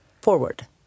forward